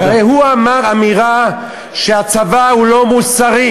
הרי הוא אמר אמירה שהצבא לא מוסרי.